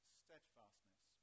steadfastness